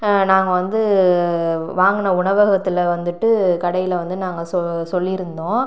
நாங்கள் வந்து வாங்கின உணவகத்தில் வந்துவிட்டு கடையில் வந்து நாங்கள் சொல்லியிருந்தோம்